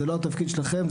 זה לא התפקיד שלכם,